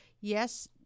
yes